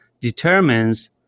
determines